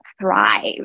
thrive